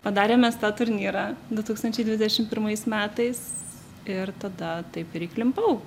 padarėm mes tą turnyrą du tūkstančiai dvidešim pirmais metais ir tada taip ir įklimpau